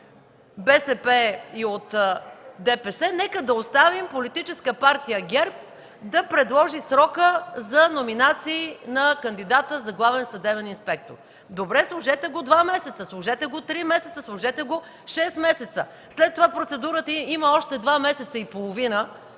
БСП и от ДПС, нека да оставим Политическа партия ГЕРБ да предложи срока за номинации на кандидата за главен съдебен инспектор. Сложете го два месеца, сложете го три месеца, шест месеца. След това процедурата има още два месеца и половина,